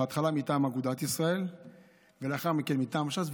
בהתחלה מטעם אגודת ישראל ולאחר מכן מטעם ש"ס,